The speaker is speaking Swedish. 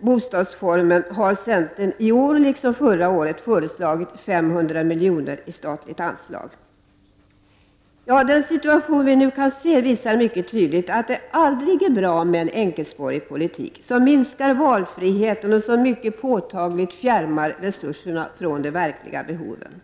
boendeformen har centern i år liksom förra året föreslagit 500 milj.kr. i statligt anslag. isar mycket tydligt att det aldrig är bra med en ar valfriheten och som mycket påtagligt fjär Den situation vi nu kan se vi enkelspårig politik, som mi mar resurserna från de verkliga behoven.